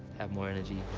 have more energy.